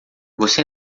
você